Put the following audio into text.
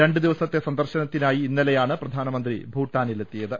രണ്ട് ദിവസത്തെ സന്ദർശനത്തിനായി ഇന്നലെയാണ് പ്രധാനമന്ത്രി ഭൂട്ടാനിൽ എത്തിയത്